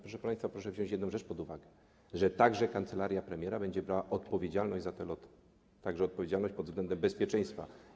Proszę państwa, proszę wziąć pod uwagę jedną rzecz, że kancelaria premiera będzie brała odpowiedzialność za te loty, także odpowiedzialność pod względem bezpieczeństwa.